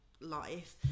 life